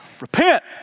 Repent